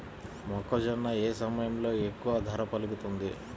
మొక్కజొన్న ఏ సమయంలో ఎక్కువ ధర పలుకుతుంది?